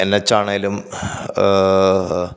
N എച്ചാണേലും